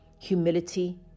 humility